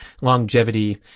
longevity